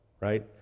right